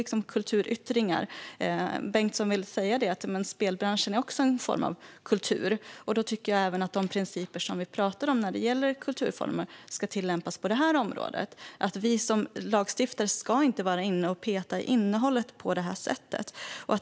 Angelika Bengtsson säger ju att spelbranschen också är en form av kultur, och då ska de principer som gäller övrig kultur även tillämpas här. Vi lagstiftare ska då inte vara inne peta i innehållet på detta sätt.